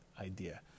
idea